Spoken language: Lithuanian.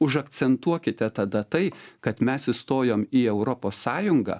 už akcentuokite tada tai kad mes įstojom į europos sąjungą